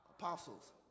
Apostles